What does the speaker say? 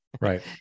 Right